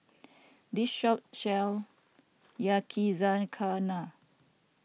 the shop sells Yakizakana